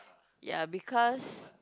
ya because